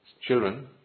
children